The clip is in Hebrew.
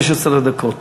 15 דקות.